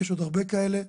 יש עוד הרבה כאלה.